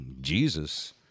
Jesus